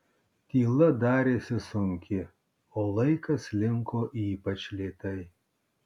tyla darėsi sunki o laikas slinko ypač lėtai